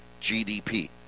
GDP